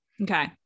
Okay